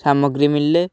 ସାମଗ୍ରୀ ମଳିଲେ